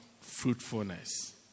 fruitfulness